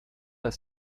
ist